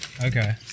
Okay